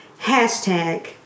hashtag